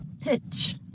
Pitch